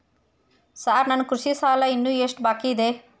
Sir ನನ್ನ ಕೃಷಿ ಸಾಲ ಇನ್ನು ಎಷ್ಟು ಬಾಕಿಯಿದೆ?